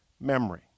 Memory